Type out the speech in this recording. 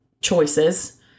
choices